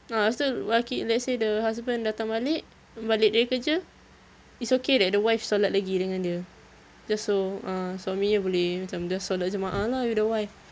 ah lepas tu lelaki let's say the husband datang balik balik dari kerja it's okay that the wife solat lagi dengan dia just so ah suami dia macam just boleh solat jemaah lah with the wife